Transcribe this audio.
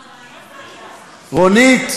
רונית.